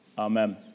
Amen